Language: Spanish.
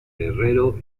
herrero